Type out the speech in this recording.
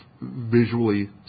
visually